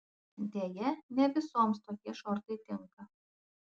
deja ne visoms tokie šortai tinka